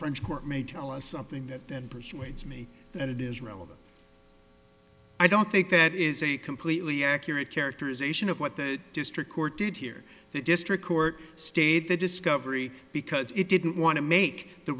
french court may tell us something that then persuades me that it is relevant i don't think that is a completely accurate characterization of what the district court did here the district court stayed the discovery because it didn't want to make the